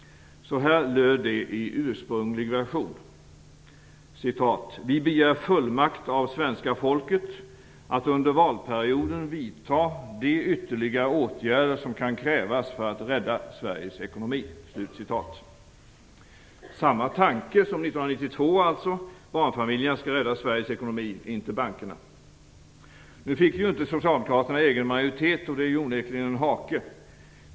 Så här löd det i ursprunglig version: "Vi begär fullmakt av svenska folket att under valperioden vidta de ytterligare åtgärder som kan krävas för att rädda Samma tanke som 1992. Barnfamiljerna skall rädda Sveriges ekonomi, inte bankerna. Nu fick inte Socialdemokraterna egen majoritet. Det är onekligen en hake.